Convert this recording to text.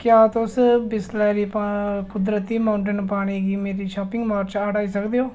क्या तुस बिसलरी कुदरती माउनटेन पानी गी मेरी शापिंग कार्ट चा हटाई सकदे ओ